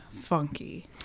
funky